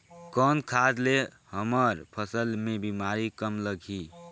कौन खाद ले हमर फसल मे बीमारी कम लगही?